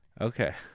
okay